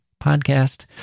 podcast